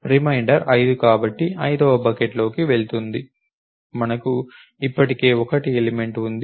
reminder 5 కాబట్టి ఐదవ బకెట్లోకి వెళుతుంది మనకు ఇప్పటికే 1 ఎలిమెంట్ ఉంది